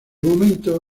momento